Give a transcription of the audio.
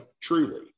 truly